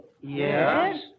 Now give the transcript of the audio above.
Yes